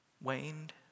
waned